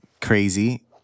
crazy